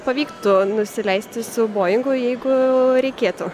pavyktų nusileisti su boingu jeigu reikėtų